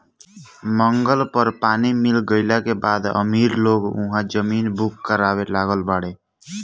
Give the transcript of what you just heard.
मंगल पर पानी मिल गईला के बाद अमीर लोग उहा जमीन बुक करावे लागल बाड़े